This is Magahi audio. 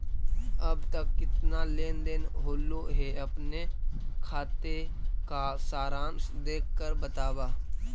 अब तक कितना लेन देन होलो हे अपने खाते का सारांश देख कर बतावा